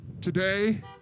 Today